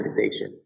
meditation